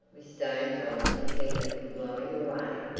with stones on them to keep them from blowing away,